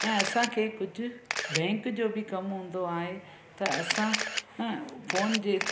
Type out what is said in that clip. ऐं असांखे कुझ बैंक जो बि कम हूंदो आहे त असां अं फ़ोन जे